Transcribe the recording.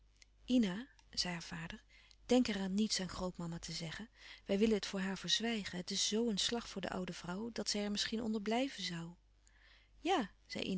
zei haar vader denk er aan niets aan grootmama te zeggen wij willen het voor haar verzwijgen het is zoo een slag voor de oude vrouw dat zij er misschien onder blijven zoû ja